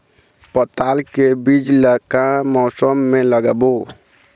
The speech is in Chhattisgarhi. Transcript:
पताल के बीज ला का मौसम मे लगाबो?